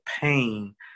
pain